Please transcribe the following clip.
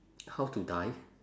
how to die